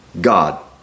God